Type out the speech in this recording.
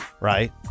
right